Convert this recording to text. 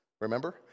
Remember